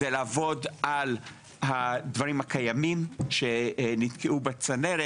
השלב הראשון זה לעבוד על הדברים הקיימים שנתקעו בצנרת.